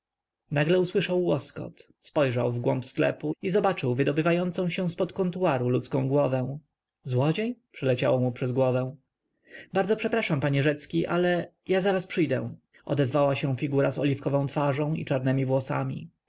nagle usłyszał łoskot spojrzał w głąb sklepu i zobaczył wydobywającą się zpod kontuaru ludzką figurę złodziej przeleciało mu przez głowę bardzo przepraszam panie rzecki ale ja zaraz przyjdę odezwała się figura z oliwkową twarzą i czarnemi włosami